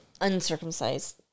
uncircumcised